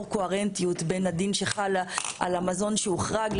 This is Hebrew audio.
קוהרנטיות בין הדין שחל על המזון שהוחרג,